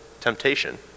temptation